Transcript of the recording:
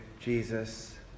Jesus